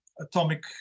atomic